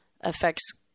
affects